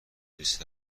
لیست